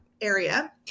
area